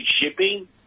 shipping